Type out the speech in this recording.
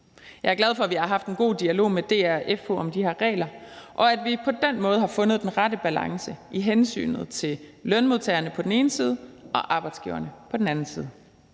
Jeg er glad for, at vi har haft en god dialog med DA og FH om de her regler, og at vi på den måde har fundet den rette balance i hensynet til lønmodtagerne på den ene side og arbejdsgiverne på den anden side.